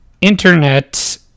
internet